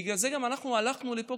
בגלל זה גם הלכנו לפה,